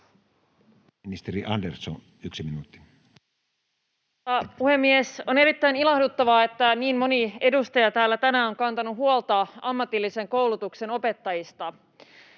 Ministeri Andersson, 1 minuutti. Arvoisa puhemies! On erittäin ilahduttavaa, että niin moni edustaja täällä tänään on kantanut huolta ammatillisen koulutuksen opettajista.